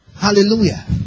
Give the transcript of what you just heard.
hallelujah